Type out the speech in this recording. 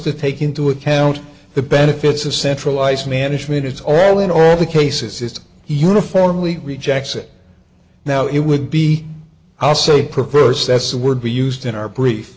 to take into account the benefits of centralized management it's all in all the cases it's uniformly rejects it now it would be our say prefers that's the word be used in our brief